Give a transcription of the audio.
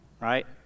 right